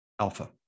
alpha